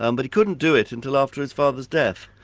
um but he couldn't do it until after his father's death.